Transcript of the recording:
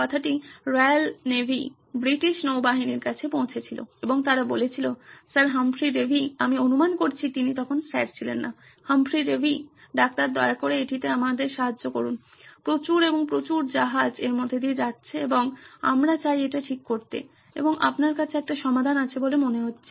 কথাটি royal navy British নৌবাহিনীর কাছে পৌঁছেছিল এবং তারা বলেছিল স্যার হামফ্রি ডেভি আমি অনুমান করছি তিনি তখন স্যার ছিলেন না হামফ্রি ডেভি ডাক্তার দয়া করে এটিতে আমাদের সাহায্য করুন প্রচুর এবং প্রচুর জাহাজ এর মধ্য দিয়ে যাচ্ছে এবং আমরা চাই এটি ঠিক করতে এবং আপনার কাছে একটি সমাধান আছে বলে মনে হচ্ছে